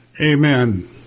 Amen